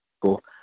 Cool